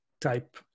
type